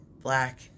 black